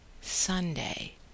Sunday